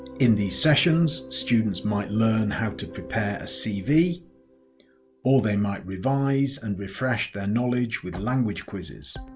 in these sessions students might learn how to prepare a cv or they might revise and refresh their knowledge with language quizzes.